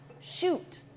shoot